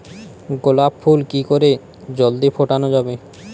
গোলাপ ফুল কি করে জলদি ফোটানো যাবে?